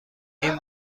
این